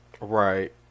Right